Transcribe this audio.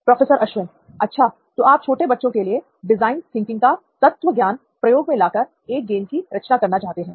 professor Ashwin अच्छा तो आप छोटे बच्चों के लिए डिजाइन थिंकिंग का तत्वज्ञान प्रयोग में लाकर एक गेम की रचना करना चाहते है